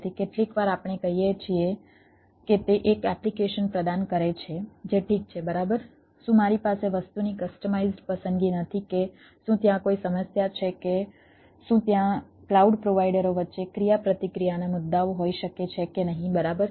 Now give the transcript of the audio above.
તેથી કેટલીકવાર આપણે કહીએ છીએ કે તે એક એપ્લિકેશન પ્રદાન કરે છે જે ઠીક છે બરાબર શું મારી પાસે વસ્તુની કસ્ટમાઇઝ્ડ પસંદગી નથી કે શું ત્યાં કોઈ સમસ્યા છે કે શું ત્યાં ક્લાઉડ પ્રોવાઈડરો વચ્ચે ક્રિયાપ્રતિક્રિયાના મુદ્દાઓ હોઈ શકે છે કે નહીં બરાબર